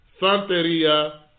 santeria